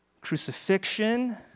crucifixion